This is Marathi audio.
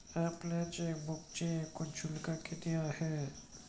आपल्या चेकबुकचे एकूण शुल्क किती आहे?